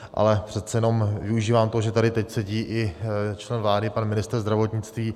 Ale přece jenom využívám toho, že tady teď sedí i člen vlády, pan ministr zdravotnictví.